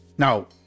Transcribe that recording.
Now